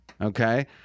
okay